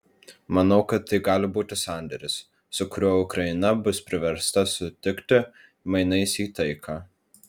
manau kad tai gali būti sandėris su kuriuo ukraina bus priversta sutikti mainais į taiką